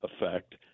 effect